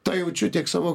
tą jaučiu tiek savo